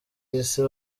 isi